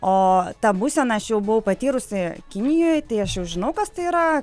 o tą būseną aš jau buvau patyrusi kinijoj tai aš jau žinau kas tai yra